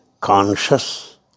conscious